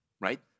right